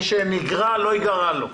מי שנגרע, לא ייגרע לו.